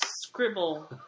scribble